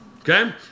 Okay